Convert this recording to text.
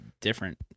different